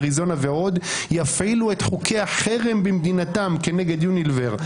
אריזונה ועוד יפעילו את חוקי החרם במדינתם כנגד יוניליוור,